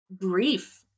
grief